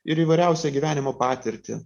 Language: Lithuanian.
ir įvairiausią gyvenimo patirtį